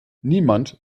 niemand